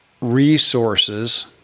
resources